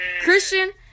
Christian